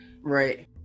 right